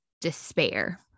despair